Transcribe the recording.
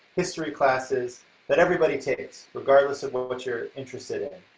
history classes that everybody takes regardless of what what you're interested in.